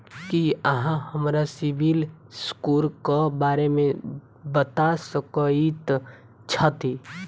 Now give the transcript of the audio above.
की अहाँ हमरा CIBIL score क बारे मे बता सकइत छथि?